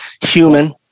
human